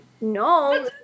No